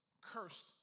cursed